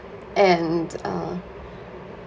and uh